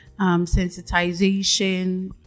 sensitization